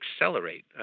accelerate